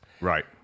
Right